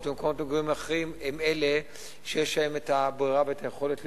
ומקומות מגורים אחרים הם אלה שיש להם הברירה והיכולת לבחור,